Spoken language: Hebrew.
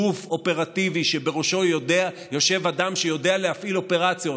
גוף אופרטיבי שבראשו יושב אדם שיודע להפעיל אופרציות,